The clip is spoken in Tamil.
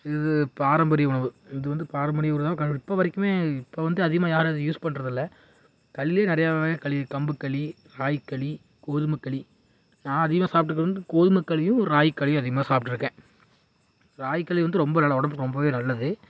இது பாரம்பரிய உணவு இது வந்து பாரம்பரிய உணவு இப்போ வரைக்குமே இப்போ வந்து அதிகமாக யாரும் அதை யூஸ் பண்ணுறதில்ல களி நிறையா வகையான களி கம்பு களி ராகி களி கோதுமை களி நான் அதிகமாக சாப்பிட்ருக்கறது வந்து கோதுமை களியும் ராகி களியும் அதிகமாக சாப்பிட்ருக்கேன் ராகி களி வந்து ரொம்ப நல்லது உடம்புக்கு ரொம்பவே நல்லது